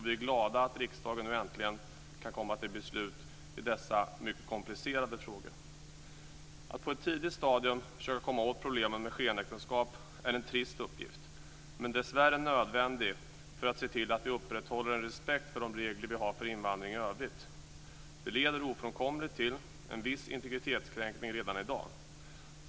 Vi är glada att riksdagen nu äntligen kan komma till beslut i dessa mycket komplicerade frågor. Att på ett tidigt stadium försöka komma åt problemen med skenäktenskap är en trist uppgift, men den är dessvärre nödvändig för att se till att vi upprätthåller en respekt för de regler vi har för invandring i övrigt. Det leder ofrånkomligen till en viss integritetskränkning redan i dag.